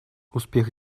успех